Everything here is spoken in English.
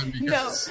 no